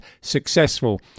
successful